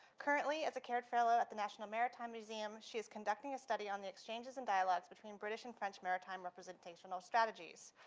currently as current fellow at the national maritime museum, she is conducting a study on the exchanges in dialogues between british and french maritime representational strategies.